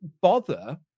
bother